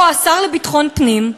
או השר לשר לביטחון פנים,